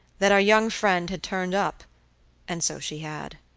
that our young friend had turned up and so she had.